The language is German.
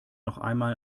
nochmal